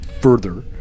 further